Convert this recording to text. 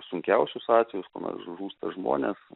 sunkiausius atvejus kuomet žūsta žmonės